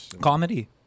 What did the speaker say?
comedy